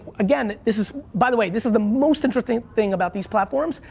again, this is, by the way, this is the most interesting thing about these platforms,